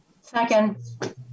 Second